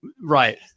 right